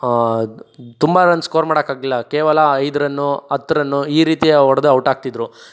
ತುಂಬ run score ಮಾಡೋಕೆ ಆಗಲಿಲ್ಲ ಕೇವಲ ಐದು ರನ್ನು ಹತ್ತು ರನ್ನು ಈ ರೀತಿ ಹೊಡ್ದು ಔಟ್ ಆಗ್ತಿದ್ದರು